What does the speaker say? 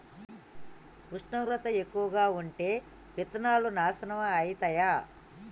ఉష్ణోగ్రత ఎక్కువగా ఉంటే విత్తనాలు నాశనం ఐతయా?